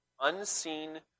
unseen